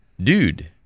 dude